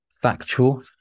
factual